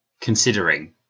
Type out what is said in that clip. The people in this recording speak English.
considering